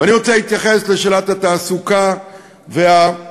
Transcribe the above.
ואני רוצה להתייחס לשאלת התעסוקה והתעשייה